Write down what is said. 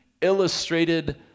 illustrated